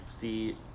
see